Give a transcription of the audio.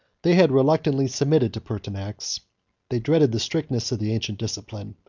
they had reluctantly submitted to pertinax they dreaded the strictness of the ancient discipline,